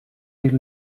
you